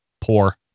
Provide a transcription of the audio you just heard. Poor